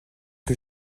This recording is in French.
que